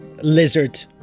lizard